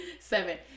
Seven